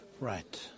Right